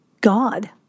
God